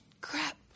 crap